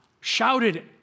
shouted